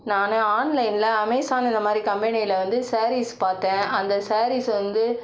நான் ஆன்லைனில் அமேசான் இந்த மாதிரி கம்பெனியில் வந்து ஸாரீஸ் பார்த்தேன் அந்த ஸாரீஸ் வந்து